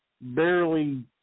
barely